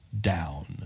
down